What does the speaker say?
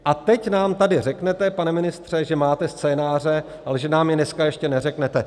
A teď nám tady řeknete, pane ministře, že máte scénáře, ale že nám je dneska ještě neřeknete.